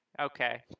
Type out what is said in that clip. Okay